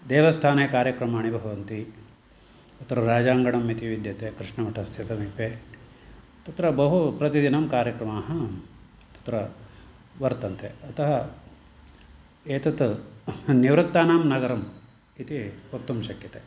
देवस्थाने कार्यक्रमाणि भवन्ति अत्र राजाङ्गणम् इति विद्यते कृष्णमठस्य समीपे तत्र बहु प्रतिदिनं कार्यक्रमाः तत्र वर्तन्ते अतः एतत् निवृत्तानां नगरम् इति वक्तुं शक्यते